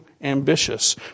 ambitious